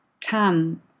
come